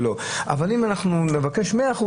אבל אם נבקש 100%,